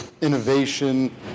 innovation